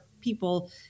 people